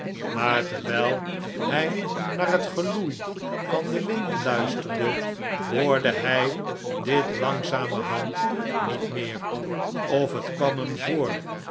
maar terwijl hij naar het geloei van den wind luisterde noorde hij dit langzamerhand niet meer of het kwam hem voor